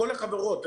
כל החברות.